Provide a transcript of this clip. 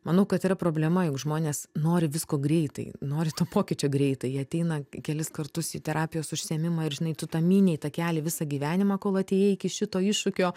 manau kad yra problema jeigu žmonės nori visko greitai nori to pokyčio greitai ateina kelis kartus į terapijos užsiėmimą ir žinai tu tą mynei takelį visą gyvenimą kol atėjai iki šito iššūkio